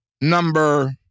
number